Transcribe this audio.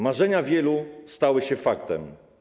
Marzenia wielu stały się faktem.